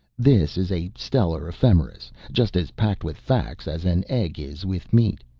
this is a stellar ephemeris, just as packed with facts as an egg is with meat.